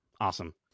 awesome